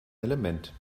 element